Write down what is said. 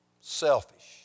selfish